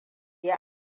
yi